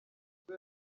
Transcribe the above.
ubwo